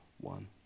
one